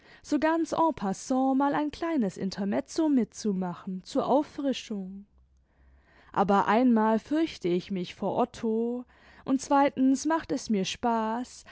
so ganz en passant mal ein kleines intermezzo mitzumachen zur auffrischung aber einmal fürchte ich mich vor otto und zweitens macht es mir spaß